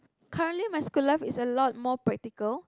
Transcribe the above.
currently my school life is a lot more practical